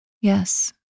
Yes